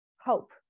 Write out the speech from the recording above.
Hope